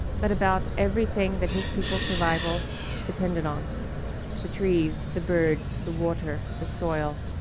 but about everything that his people's survival depended on the trees, the birds, the water, the soil,